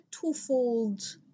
twofold